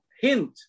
hint